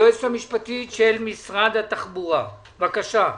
היועצת המשפטית של משרד התחבורה, בבקשה.